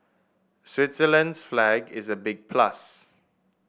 Switzerland's flag is a big plus